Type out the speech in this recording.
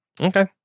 Okay